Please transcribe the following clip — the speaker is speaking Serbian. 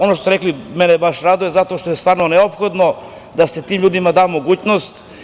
Ono što ste rekli me baš raduje zato što je stvarno neophodno i da se tim ljudima da mogućnost.